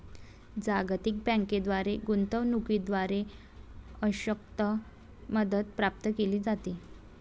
जागतिक बँकेद्वारे गुंतवणूकीद्वारे अंशतः मदत प्राप्त केली जाते